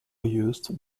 used